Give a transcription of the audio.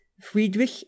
Friedrich